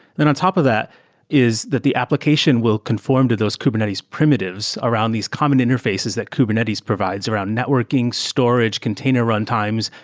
then on top of that is that the application will conform to those kubernetes primitives around these common interfaces that kubernetes provides around networking, storage, container runtimes,